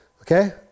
Okay